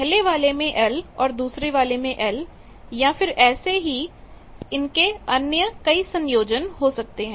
पहले वाले में L और दूसरे वाले में L या फिर ऐसे ही अन्य संयोजन हो सकते हैं